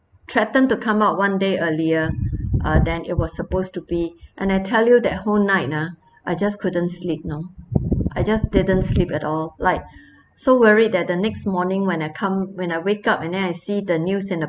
threatened to come out one day earlier uh than it was supposed to be and I tell you that whole night ah I just couldn't sleep you know I just didn't sleep at all like so worried that the next morning when I come when I wake up and then I see the news in the